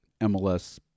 MLS